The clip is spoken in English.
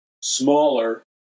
smaller